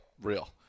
Real